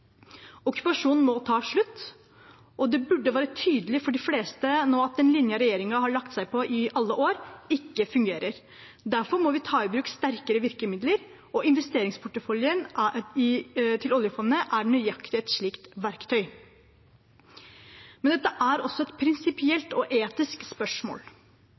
Okkupasjonen må ta slutt, og det burde være tydelig for de fleste nå at den linjen regjeringen har lagt seg på i alle år, ikke fungerer. Derfor må vi ta i bruk sterkere virkemidler, og investeringsporteføljen til oljefondet er nøyaktig et slikt verktøy. Men dette er også et prinsipielt og etisk spørsmål: